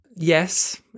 Yes